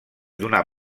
d’una